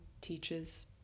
teaches